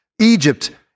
Egypt